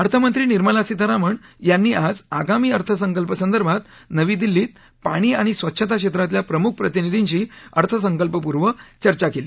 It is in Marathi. अर्थमंत्री निर्मला सीतारामन यांनी आज आगामी अर्थसंकल्प संदर्भात नवी दिल्लीत पाणी आणि स्वच्छता क्षेत्रातल्या प्रमुख प्रतिनिधींशी अर्थसंकल्पपूर्व चर्चा केली